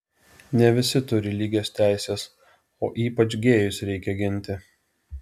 ne visi turi lygias teises o ypač gėjus reikia ginti